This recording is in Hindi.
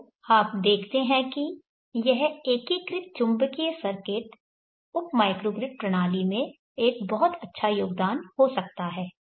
तो आप देखते हैं कि यह एकीकृत चुंबकीय सर्किट उप माइक्रोग्रिड प्रणाली में एक बहुत अच्छा योगदान हो सकता है